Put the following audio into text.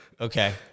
Okay